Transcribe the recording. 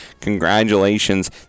Congratulations